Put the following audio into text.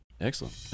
excellent